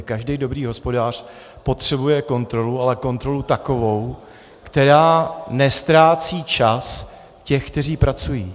Každý dobrý hospodář potřebuje kontrolu, ale kontrolu takovou, která neztrácí čas těch, kteří pracují.